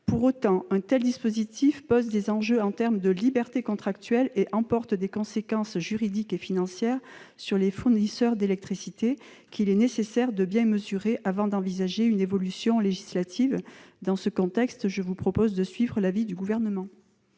Pour autant, un tel dispositif pose des enjeux en termes de liberté contractuelle et emporte des conséquences juridiques et financières sur les fournisseurs d'électricité qu'il est nécessaire de bien mesurer avant d'envisager une évolution législative. Dans ce contexte, je vous propose de suivre l'avis du Gouvernement.